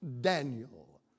Daniel